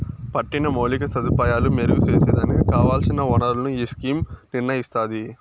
పట్టిన మౌలిక సదుపాయాలు మెరుగు సేసేదానికి కావల్సిన ఒనరులను ఈ స్కీమ్ నిర్నయిస్తాది